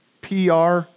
PR